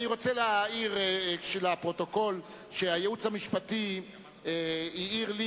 אני רוצה להעיר בשביל הפרוטוקול שהייעוץ המשפטי העיר לי,